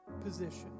position